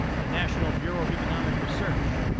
the national bureau of economic research,